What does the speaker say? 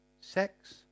Sex